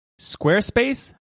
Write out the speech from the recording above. squarespace